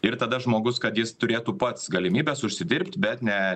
ir tada žmogus kad jis turėtų pats galimybes užsidirbt bet ne